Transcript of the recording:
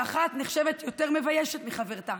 שאחת נחשבת יותר מביישת מחברתה?